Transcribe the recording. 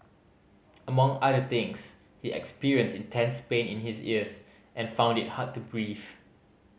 among other things he experienced intense pain in his ears and found it hard to breathe